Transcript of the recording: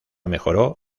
mejoró